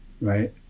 right